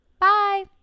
Bye